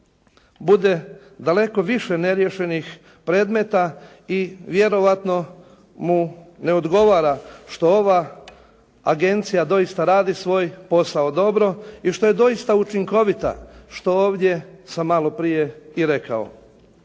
bude daleko više neriješenih predmeta i vjerojatno mu ne odgovara što ova Agencija doista radi svoj posao dobro i što je doista učinkovita što ovdje sam malo prije i rekao.